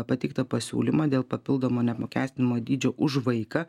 pateiktą pasiūlymą dėl papildomo neapmokestinamo dydžio už vaiką